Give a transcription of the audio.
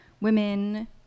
women